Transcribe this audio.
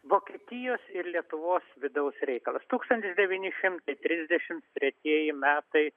vokietijos ir lietuvos vidaus reikalas tūkstantis devyni šimtai trisdešimt tretieji metai